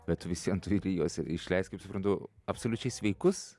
bet vis vien turi ir juos išleist kaip suprantu absoliučiai sveikus